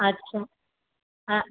আচ্ছা হ্যাঁ